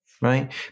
right